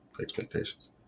expectations